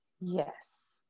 Yes